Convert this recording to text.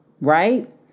right